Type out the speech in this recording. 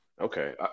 Okay